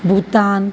Bhutan